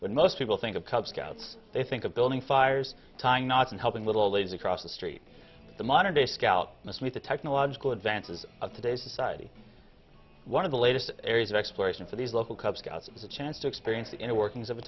when most people think of cub scouts they think of building fires tying knots and helping little ladies across the street the modern day scout must meet the technological advances of today's society one of the latest areas of exploration for these local cub scouts is a chance to experience the inner workings of a